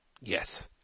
Yes